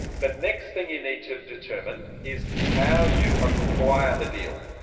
the next thing you need to determine is how you acquire the deal.